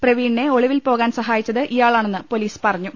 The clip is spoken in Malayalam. പ്രവീണിനെ ഒളിവിൽ പോക്റാൻ സഹായിച്ചത് ഇയാളാണെന്ന് പോലീസ് പറഞ്ഞു